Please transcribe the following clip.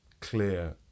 clear